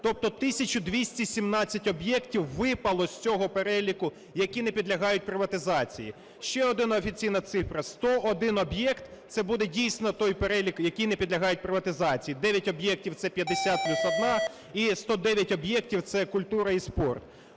тисяча 217 об'єктів випало з цього переліку, які не підлягають приватизації. Ще одна офіційна цифра. 101 об'єкт, це буде дійсно той перелік, які не підлягають приватизації: 9 об'єктів – це 50 плюс одна і 109 об'єктів – це культура і спорт.